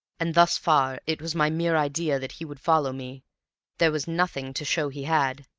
and thus far it was my mere idea that he would follow me there was nothing to show he had.